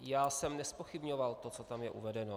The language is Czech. Já jsem nezpochybňoval to, co tam je uvedeno.